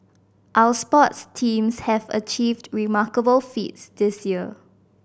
our sports teams have achieved remarkable feats this year